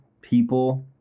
people